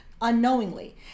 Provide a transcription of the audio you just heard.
unknowingly